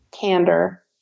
Candor